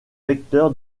vecteur